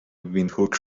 ویندهوک